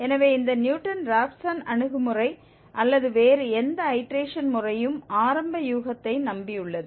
எனவே இந்த Newton Raphson அணுகுமுறை அல்லது வேறு எந்த ஐடேரேஷன் முறையும் ஆரம்ப யூகத்தை நம்பியுள்ளது